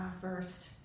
first